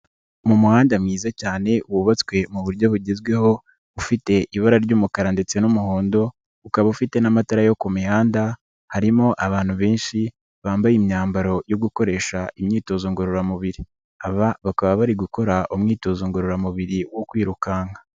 Mu muhanda mwiza cyane wubatswe mu buryo bugezweho ufite ibara ry'umukara ndetse n'umuhondo, ukaba ufite n'amatara yo ku mihanda harimo abantu benshi bambaye imyambaro yo gukoresha imyitozo ngororamubiri, aba bakaba bari gukora umwitozo ngororamubiri wo kwirukanka.